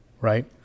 right